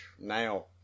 now